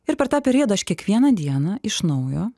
ir per tą periodą aš kiekvieną dieną iš naujo